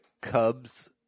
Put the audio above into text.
Cubs